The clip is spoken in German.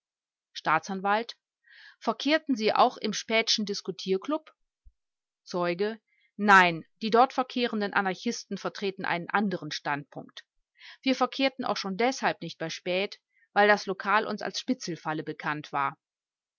staatsanwalt verkehrten sie auch im späthschen diskutierklub zeuge nein die dort verkehrenden anarchisten vertreten einen anderen standpunkt wir verkehrten auch schon deshalb nicht bei späth weil das lokal uns als spitzelfalle bekannt war